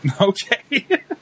Okay